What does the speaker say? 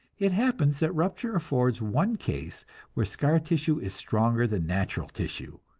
it happens that rupture affords one case where scar tissue is stronger than natural tissue,